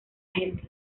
gente